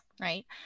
right